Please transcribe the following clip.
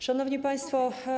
Szanowni Państwo!